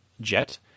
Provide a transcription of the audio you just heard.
jet